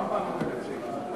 לא 400,000 שקל.